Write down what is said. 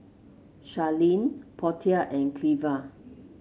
Charlene Portia and Cleva